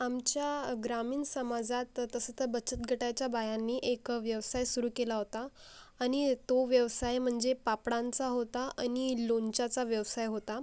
आमच्या ग्रामीण समाजात तसं तर बचत गटाच्या बायांनी एक व्यवसाय सुरू केला होता आणि तो व्यवसाय म्हणजे पापडांचा होता आणि लोणच्याचा व्यवसाय होता